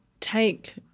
take